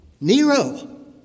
Nero